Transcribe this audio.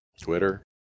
Twitter